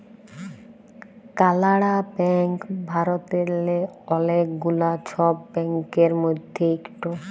কালাড়া ব্যাংক ভারতেল্লে অলেক গুলা ছব ব্যাংকের মধ্যে ইকট